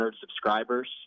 subscribers